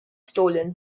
stolen